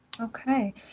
Okay